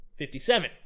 57